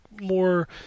more